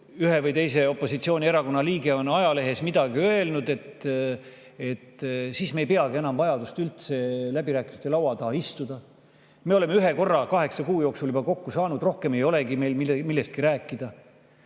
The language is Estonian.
ühe või teise opositsioonierakonna liige on ajalehes midagi öelnud, siis ei olegi enam üldse vajadust läbirääkimiste laua taha istuda, et me oleme ühe korra kaheksa kuu jooksul juba kokku saanud, rohkem ei olegi meil millestki rääkida.